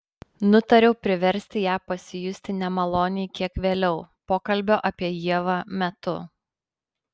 nutariau priversti ją pasijusti nemaloniai kiek vėliau pokalbio apie ievą metu